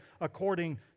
according